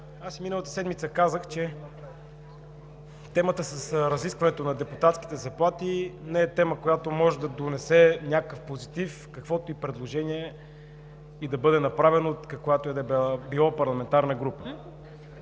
аз и миналата седмица казах, че темата с разискването на депутатските заплати не е тема, която може да донесе някакъв позитив, каквото и предложение да бъде направено, от която ѝ да е парламентарна група.